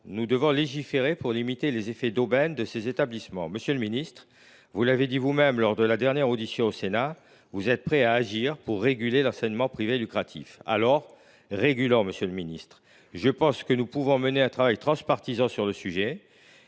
Nous devons légiférer pour limiter les effets d’aubaine dont tirent profit ces établissements. Monsieur le ministre, vous l’avez dit vous même lors d’une audition au Sénat, vous êtes prêt à agir pour réguler l’enseignement privé lucratif. Aussi, régulons ! Je pense que nous pouvons mener un travail transpartisan sur ce sujet,